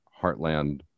heartland